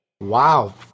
Wow